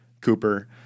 Cooper